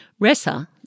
Ressa